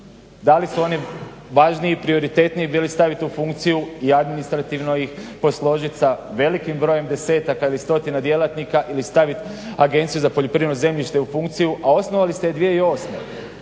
da li su oni važniji, prioritetniji bili staviti u funkciju i administrativno ih posložit sa velikim brojem desetaka ili stotina djelatnika, ili stavit agenciju za poljoprivredno zemljište u funkciju, a osnovali ste je 2008.